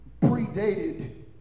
predated